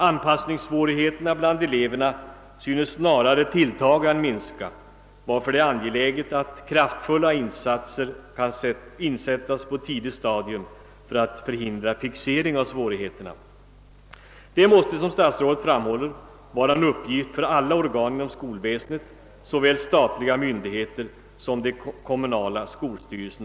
Anpassningssvårigheterna bland eleverna synes snarare tilltaga än minska, varför det är angeläget att kraftfulla insatser kan insättas på ett tidigt stadium för att förhindra fixering av svårigheterna. Det måste, såsom statsrådet framhåller, vara en uppgift för alla organ inom skolväsendet, såväl för statliga myndigheter som för kommunala skolstyrelser.